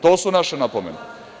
To su naše napomene.